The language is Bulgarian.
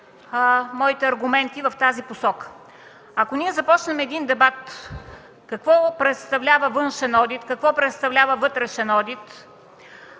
моите аргументи в тази посока. Ако ние започнем един дебат какво представлява външен и вътрешен одит,